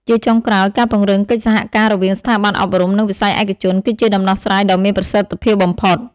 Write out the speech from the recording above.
ជាចុងក្រោយ ការពង្រឹងកិច្ចសហការរវាងស្ថាប័នអប់រំ និងវិស័យឯកជន គឺជាដំណោះស្រាយដ៏មានប្រសិទ្ធភាពបំផុត។